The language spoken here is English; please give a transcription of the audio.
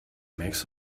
makes